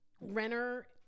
renner